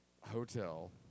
hotel